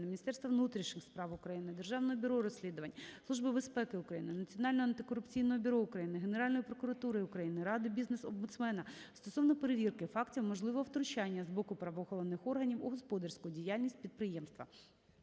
Міністерства внутрішніх справ України, Державного бюро розслідувань, Служби безпеки України, Національного антикорупційного бюро України, Генеральної прокуратури України, Ради бізнес-омбудсмена стосовно перевірки фактів можливого втручання з боку правоохоронних органів у господарську діяльність підприємства.